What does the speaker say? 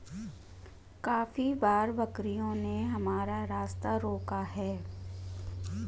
काफी बार बकरियों ने हमारा रास्ता रोका है